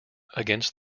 against